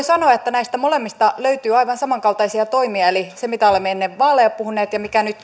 sanoa että näistä molemmista löytyy aivan samankaltaisia toimia eli siitä mitä olemme ennen vaaleja puhuneet ja siitä mitä nyt